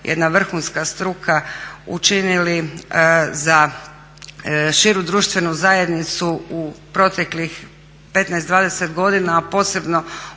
jedna vrhunska struka učinili za širu društvenu zajednicu u proteklih 15-20 godina, a posebno